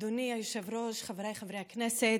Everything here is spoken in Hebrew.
אדוני היושב-ראש, חבריי חברי הכנסת.